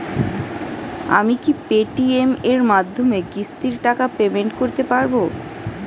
আমি কি Paytm এর মাধ্যমে কিস্তির টাকা পেমেন্ট করতে পারব?